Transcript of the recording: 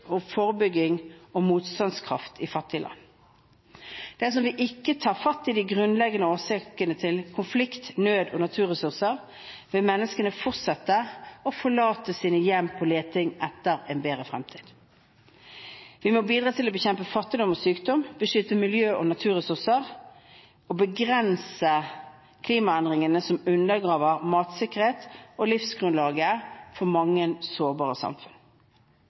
forebygging og motstandskraft i fattige land. Dersom vi ikke tar fatt i de grunnleggende årsakene til konflikt, nød og naturødeleggelser, vil menneskene fortsette å forlate sine hjem på leting etter en bedre fremtid. Vi må bidra til å bekjempe fattigdom og sykdom, beskytte miljø og naturressurser, og begrense klimaendringene som undergraver matsikkerhet og livsgrunnlaget for mange sårbare samfunn.